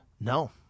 No